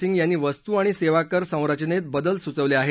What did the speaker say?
सिंग यांनी वस्तू आणि सेवा कर संरचनेत बदल सूचवले आहेत